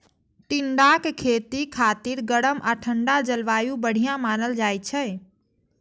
टिंडाक खेती खातिर गरम आ ठंढा जलवायु बढ़िया मानल जाइ छै